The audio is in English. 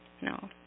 No